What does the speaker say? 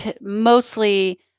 mostly